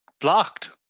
Blocked